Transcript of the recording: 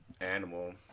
animal